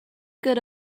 good